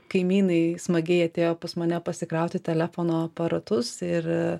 kaimynai smagiai atėjo pas mane pasikrauti telefono aparatus ir